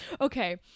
Okay